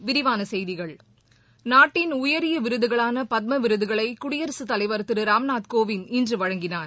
விரிவான செய்திகள் நாட்டின் உயரிய விருதுகளான பத்ம விருதுகளை குடியரசு தலைவர் திரு ராமநாத் கோவிந்த் இன்று வழங்கினார்